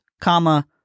comma